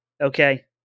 Okay